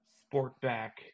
sport-back